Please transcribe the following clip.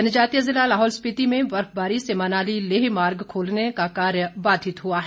जनजातीय जिला लाहौल स्पिति में बर्फबारी से मनाली लेह मार्ग खोलने का कार्य बाधित हुआ है